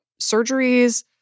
surgeries